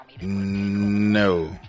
No